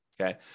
okay